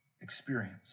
experience